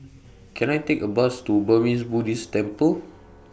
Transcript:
Can I Take A Bus to Burmese Buddhist Temple